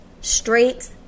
Straight